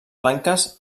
blanques